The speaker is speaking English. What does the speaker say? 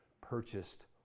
purchased